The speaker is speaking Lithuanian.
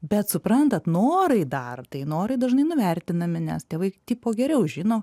bet suprantat norai dar tai norai dažnai nuvertinami nes tėvai tipo geriau žino